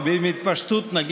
נא